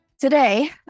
Today